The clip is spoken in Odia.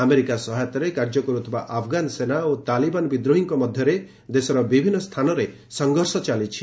ଆମେରିକାରେ ସହାୟତାରେ କାର୍ଯ୍ୟ କରୁଥିବା ଆଫଗାନ ସେନା ଓ ତାଲିବାନ ବିଦ୍ରୋହୀଙ୍କ ମଧ୍ୟରେ ଦେଶର ବିଭିନ୍ନ ସ୍ଥାନରେ ସଂଘର୍ଷ ଚାଲିଛି